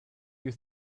you